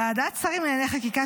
ועדת שרים לענייני חקיקה,